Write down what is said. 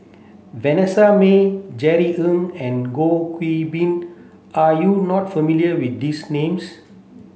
Vanessa Mae Jerry Ng and Goh Qiu Bin are you not familiar with these names